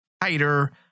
tighter